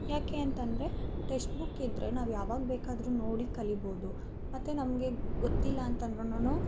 ಯಾಕೆ ಅಂತಂದರೆ text book ಇದ್ದರೆ ನಾವು ಯಾವಾಗ ಬೇಕಾದರೂ ನೋಡಿ ಕಲಿಬೋದು ಮತ್ತು ನಮಗೆ ಗೊತ್ತಿಲ್ಲ ಅಂತಂದ್ರುನು